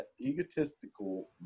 egotistical